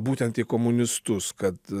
būtent į komunistus kad